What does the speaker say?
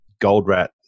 Goldrat